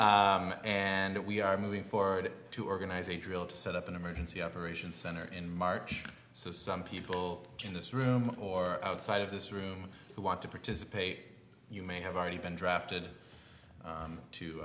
come and we are moving forward to organize a drill to set up an emergency operation center in march so some people in this room or outside of this room who want to participate you may have already been drafted